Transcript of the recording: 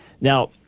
Now